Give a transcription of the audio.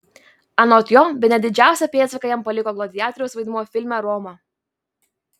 anot jo bene didžiausią pėdsaką jam paliko gladiatoriaus vaidmuo filme roma